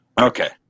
Okay